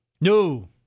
no